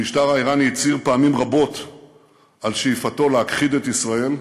המשטר האיראני הצהיר פעמים רבות על שאיפתו להכחיד את ישראל,